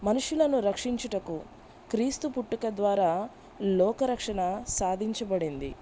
మనుషులను రక్షించుటకు క్రీస్తు పుట్టుక ద్వారా లోకరక్షణ సాధించబడింది